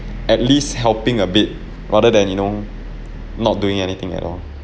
at least helping a bit rather than you know not doing anything at all